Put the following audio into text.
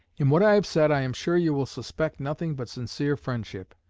in what i have said i am sure you will suspect nothing but sincere friendship.